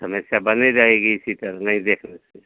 समस्या बनी रहेगी इसी तरह नहीं देखने से